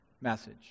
message